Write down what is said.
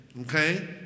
Okay